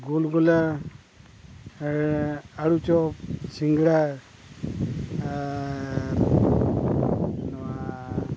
ᱜᱩᱞ ᱜᱩᱞᱟᱹ ᱟᱹᱞᱩ ᱪᱚᱯ ᱥᱤᱸᱜᱟᱹᱲᱟ ᱟᱨ ᱱᱚᱣᱟ